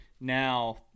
now